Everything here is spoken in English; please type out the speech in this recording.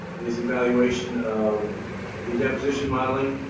his evaluation of the deposition modeling.